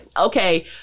Okay